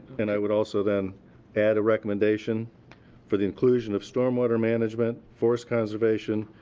and i would also then add a recommendation for the inclusion of storm water management, forest conservation,